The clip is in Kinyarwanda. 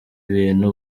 bintu